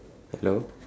hello